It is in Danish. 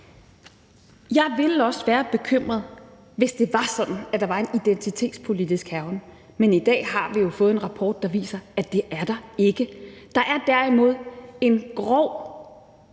Jeg ville også være bekymret, hvis det var sådan, at der var en identitetspolitisk hærgen, men i dag har vi jo fået en rapport, der viser, at det er der ikke. Der er derimod et groft